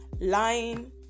lying